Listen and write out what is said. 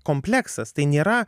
kompleksas tai nėra